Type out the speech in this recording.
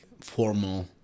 formal